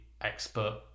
expert